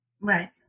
Right